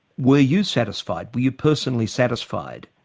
were you satisfied? were you personally satisfied?